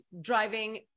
driving